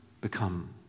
become